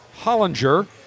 Hollinger